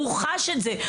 הוא חש את זה,